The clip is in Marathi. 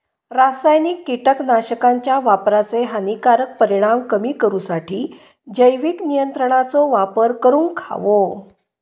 रासायनिक कीटकनाशकांच्या वापराचे हानिकारक परिणाम कमी करूसाठी जैविक नियंत्रणांचो वापर करूंक हवो